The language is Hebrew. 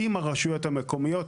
עם הרשויות המקומיות,